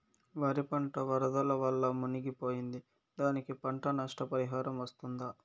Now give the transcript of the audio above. వరి పంట వరదల వల్ల మునిగి పోయింది, దానికి పంట నష్ట పరిహారం వస్తుందా?